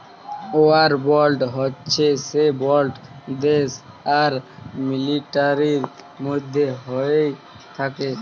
war bond হচ্যে সে bond দ্যাশ আর মিলিটারির মধ্যে হ্য়েয় থাক্যে